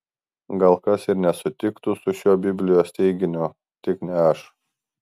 gal kas ir nesutiktų su šiuo biblijos teiginiu tik ne aš